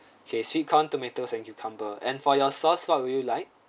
okay sweet corn tomatoes and cucumber and for your sauce what would you like